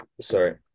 sorry